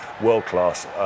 world-class